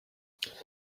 this